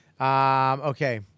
Okay